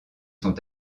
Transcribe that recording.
sont